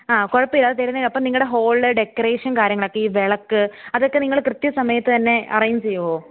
ആ കുഴപ്പമില്ല അത് തരുന്നത് അപ്പോൾ നിങ്ങളുടെ ഹോള് ഡെക്കറേഷൻ കാര്യങ്ങളൊക്കെ ഈ വിളക്ക് അതൊക്കെ നിങ്ങൾ കൃത്യ സമയത്ത് തന്നെ അറേഞ്ച് ചെയ്യുമോ